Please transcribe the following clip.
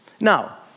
Now